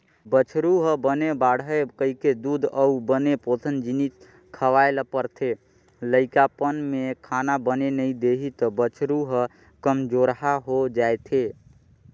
बछरु ह बने बाड़हय कहिके दूद अउ बने पोसन जिनिस खवाए ल परथे, लइकापन में खाना बने नइ देही त बछरू ह कमजोरहा हो जाएथे